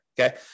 Okay